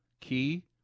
key